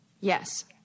Yes